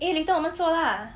eh later 我们做 lah